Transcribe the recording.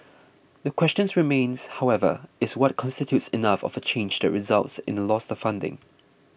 the questions remains however is what constitutes enough of a change that results in a loss of funding